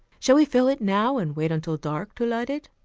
shall we fill it now, and wait until dark to light it?